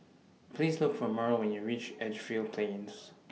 Please Look For Mearl when YOU REACH Edgefield Plains